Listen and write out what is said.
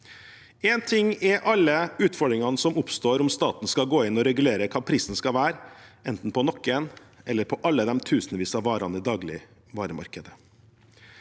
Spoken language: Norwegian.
En ting er alle utfordringene som oppstår om staten skal gå inn og regulere hva prisen skal være, enten på noen eller på alle de tusenvis av varene i dagligvaremarkedet.